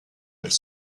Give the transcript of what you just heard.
elle